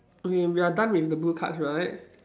okay we are done with the blue cards right